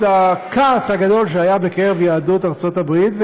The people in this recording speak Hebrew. הכעס הגדול שהיה בקרב יהדות ארצות הברית,